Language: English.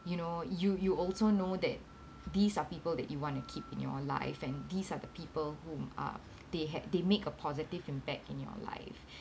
you know you you also know that these are people that you want to keep in your life and these are the people whom uh they had they make a positive impact in your life